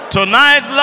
Tonight